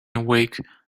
awake